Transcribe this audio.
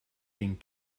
den